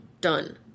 Done